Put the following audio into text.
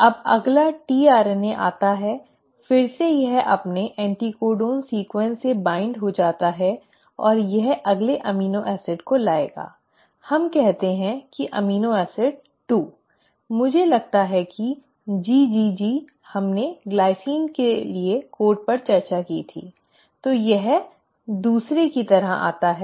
अब अगला tRNA आता है फिर से यह अपने एंटिकोडन अनुक्रम से बाइन्ड हो जाता है और यह अगले एमिनो एसिड को लाएगा हम कहते हैं एमिनो एसिड 2 मुझे लगता है कि GGG हमने ग्लाइसिन के लिए कोड पर चर्चा की थी तो यह दूसरे की तरह आता है